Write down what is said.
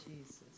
Jesus